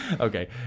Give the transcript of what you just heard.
okay